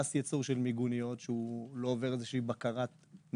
פס ייצור של מיגוניות שלא עובר איזו שהיא בקרת נגישות?